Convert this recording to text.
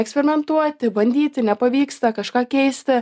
eksperimentuoti bandyti nepavyksta kažką keisti